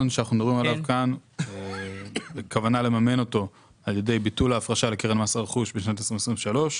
ויש כוונה לממן אותו על ידי ביטול ההפרשה לקרן מס הרכוש בשנת 2023,